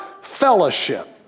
fellowship